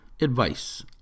advice